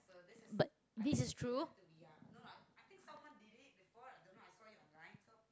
but this is true